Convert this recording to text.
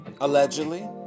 allegedly